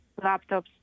laptops